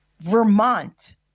Vermont